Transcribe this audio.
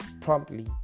promptly